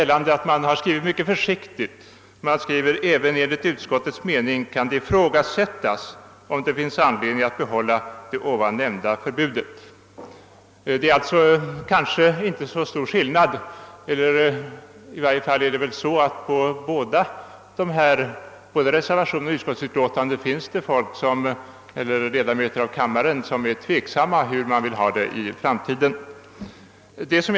Reservanterna föreslår att de två sista styckena i utskottets yttrande skall ersättas med en text, där första meningen lyder: »Även enligt utskottets mening kan det ifrågasättas om det finnes anledning att behålla det ovan nämnda förbudet mot att anordna offentliga tillställningar.» Skillnaden är därför kanske inte så stor, och i varje fall finns det väl både bland reservanterna och inom utskottsmajoriteten ledamöter som är tveksamma om hur de vill ha det i framtiden på detta område.